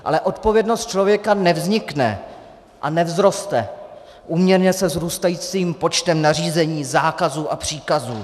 Ale odpovědnost člověka nevznikne a nevzroste úměrně se vzrůstajícím počtem nařízení, zákazů a příkazů.